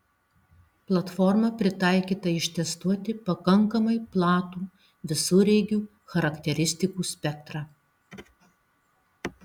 platforma pritaikyta ištestuoti pakankamai platų visureigių charakteristikų spektrą